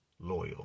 loyal